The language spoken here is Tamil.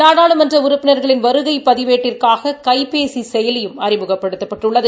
நாடாளுமன்ற உறுப்பினர்களின் வருகை பதிவேட்டிற்காக கைபேசி செயலியும் அறிமுகப்படுத்தப்பட்டுள்ளது